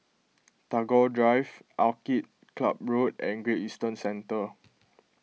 Tagore Drive Orchid Club Road and Great Eastern Centre